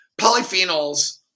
polyphenols